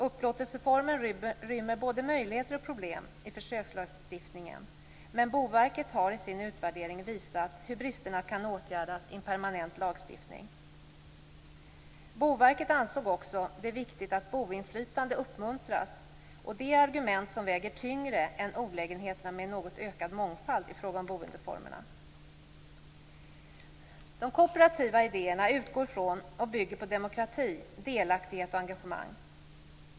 Upplåtelseformen rymmer både möjligheter och problem i försökslagstiftningen, men Boverket har i sin utvärdering visat hur bristerna kan åtgärdas i en permanent lagstiftning. Boverket ansåg också att det var viktigt att boinflytande uppmuntras, och det är argument som väger tyngre än olägenheterna med en något ökad mångfald i fråga om boendeformer. De kooperativa idéerna utgår från och bygger på demokrati, delaktighet och engagemang.